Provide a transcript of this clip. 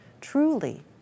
truly